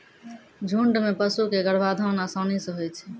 झुंड म पशु क गर्भाधान आसानी सें होय छै